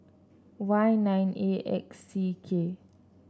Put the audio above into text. Y nine A X C K